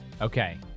okay